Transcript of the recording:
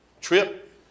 Trip